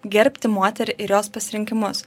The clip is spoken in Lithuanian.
gerbti moterį ir jos pasirinkimus